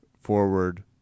forward